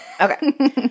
okay